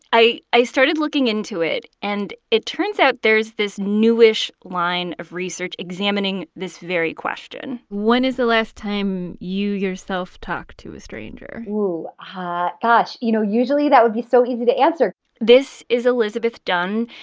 i i started looking into it, and it turns out there's this newish line of research examining this very question when is the last time you yourself talked to a stranger? um ah gosh you know, usually that would be so easy to answer this is elizabeth dunn,